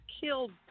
killed